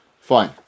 Fine